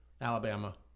Alabama –